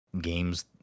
games